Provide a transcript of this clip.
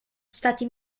stati